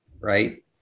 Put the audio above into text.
right